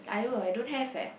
!aiyo! I don't have leh